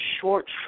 short